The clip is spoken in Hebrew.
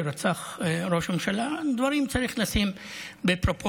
שרצח ראש ממשלה אלה דברים שצריך לשים בפרופורציות,